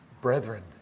Brethren